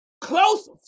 Close